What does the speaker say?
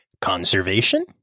conservation